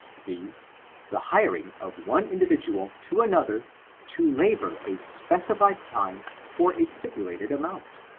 viz the hiring of one individual to another to labor a specified time for a stipulated amount?